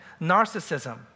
narcissism